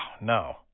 no